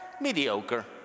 mediocre